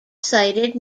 sited